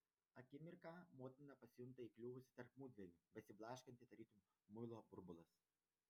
akimirką motina pasijunta įkliuvusi tarp mudviejų besiblaškanti tarytum muilo burbulas